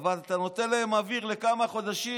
אבל אתה נותן להם אוויר לכמה חודשים,